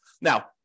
Now